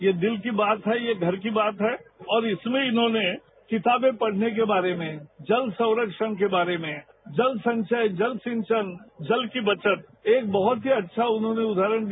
ये दिल की बात है ये घर की बात है और इसमें इन्होंने किताबें पढ़ने के बारे में जल संरक्षण के बारे में जल संचय जल सिंचन जल की बचत एक बहुत ही अच्छा उन्होंने उदाहरण दिया